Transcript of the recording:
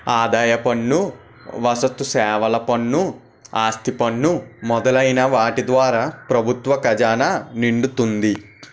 ఆదాయ పన్ను వస్తుసేవల పన్ను ఆస్తి పన్ను మొదలైన వాటి ద్వారా ప్రభుత్వ ఖజానా నిండుతుంది